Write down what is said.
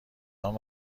نام